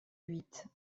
huit